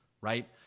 right